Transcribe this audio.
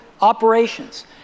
operations